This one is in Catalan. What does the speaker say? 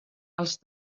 els